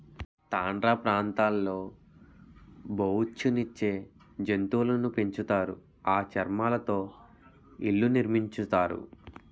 tundra ప్రాంతాల్లో బొఉచ్చు నిచ్చే జంతువులును పెంచుతారు ఆ చర్మాలతో ఇళ్లు నిర్మించుతారు